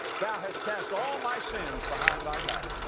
thou hast cast all my sins behind thy back.